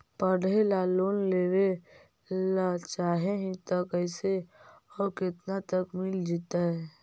पढ़े ल लोन लेबे ल चाह ही त कैसे औ केतना तक मिल जितै?